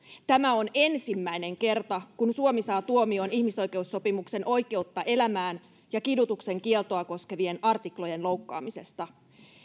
tämä on ensimmäinen kerta kun suomi saa tuomion ihmisoikeussopimuksen oikeutta elämään ja kidutuksen kieltoa koskevien artiklojen loukkaamisesta